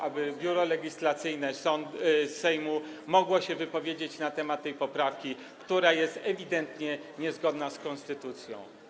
aby Biuro Legislacyjne Sejmu mogło się wypowiedzieć na temat tej poprawki, która jest ewidentnie niezgodna z konstytucją.